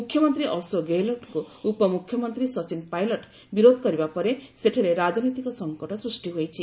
ମୁଖ୍ୟମନ୍ତ୍ରୀ ଅଶୋକ ଗେହେଲଟଙ୍କୁ ଉପମୁଖ୍ୟମନ୍ତ୍ରୀ ସଚିନ୍ ପାଇଲଟ ବିରୋଧ କରିବା ପରେ ସେଠାରେ ରାଜନୈତିକ ସଂକଟ ସୃଷ୍ଟି ହୋଇଛି